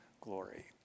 glory